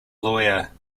lawyer